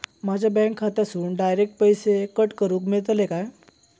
माझ्या बँक खात्यासून डायरेक्ट पैसे कट करूक मेलतले काय?